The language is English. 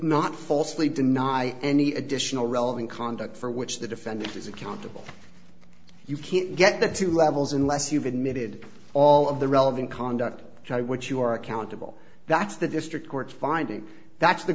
not falsely deny any additional relevant conduct for which the defendant is accountable you can't get the two levels unless you've admitted all of the relevant conduct to which you are accountable that's the district court's finding that's the